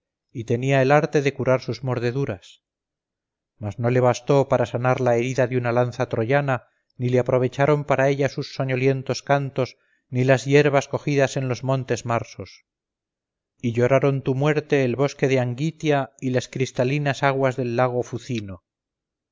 y tenía el arte de curar sus mordeduras mas no le bastó para sanar la herida de una lanza troyana ni le aprovecharon para ella sus soñolientos cantos ni las hierbas cogidas en los montes marsos y lloraron tu muerte el bosque de anguitia y las cristalinas aguas del lago fucino